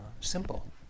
simple